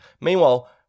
Meanwhile